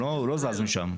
הוא לא זז משם.